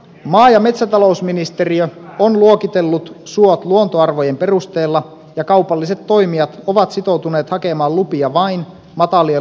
maa ja metsätalousministeriö on luokitellut suot luontoarvojen perusteella ja kaupalliset toimijat ovat sitoutuneet hakemaan lupia vain matalien luontoarvojen soille